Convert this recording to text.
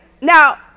now